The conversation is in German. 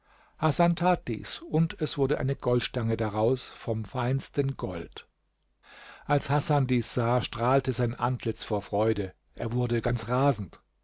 tat dies und es wurde eine goldstange daraus vom feinsten gold als hasan dies sah strahlte sein antlitz vor freude er wurde ganz rasend